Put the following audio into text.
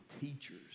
teachers